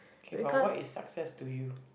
K but what is success to you